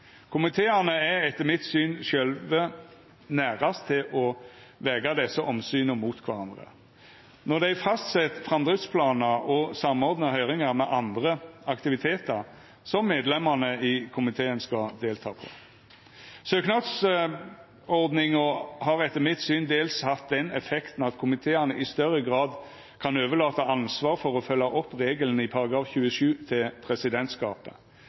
Komiteane er etter mitt syn sjølve nærast det å vega desse omsyna mot kvarandre når dei fastset framdriftsplanar og samordnar høyringar med andre aktivitetar som medlemane i komiteen skal delta på. Søknadsordninga har etter mitt syn dels hatt den effekten at komiteane i større grad kan overlata ansvar for å følgja opp regelen i § 27 til presidentskapet,